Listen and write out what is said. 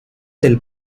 del